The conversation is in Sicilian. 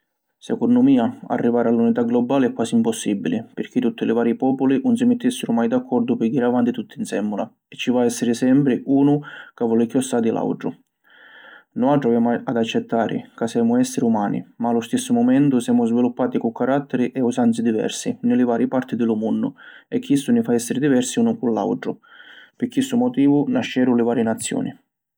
Secunnu mia, arrivari a l’unità globali è quasi impossibili pirchì tutti li varî populi 'un si mittissiru mai d’accordu pi jiri avanti tutti nzemmula, e ci va a essiri sempri unu ca voli chiossai di l’autru. Nuatri avemu ad accettari ca semu essiri umani ma a lu stissu mumentu semu sviluppati cu carattiri e usanzi diversi ni li varî parti di lu munnu e chissu ni fa essiri diversi unu cu l’autru. Pi chissu motivu nasceru li varî naziuni.